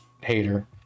hater